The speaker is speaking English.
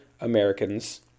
Americans